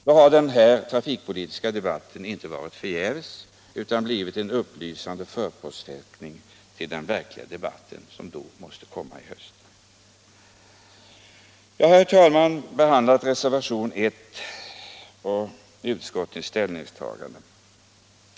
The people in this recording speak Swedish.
Då har den här trafikpolitiska debatten inte varit förgäves utan blivit en upplysande förpostfäktning till den verkliga debatten som måste komma i höst. Jag har, herr talman, behandlat reservationen nr 1 och utskottets ställningstagande.